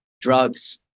drugs